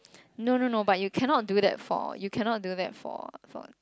no no no but you cannot do that for you cannot do that for for